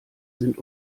sind